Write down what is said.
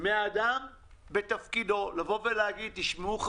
מאדם בתפקידו להגיד: תשמעו,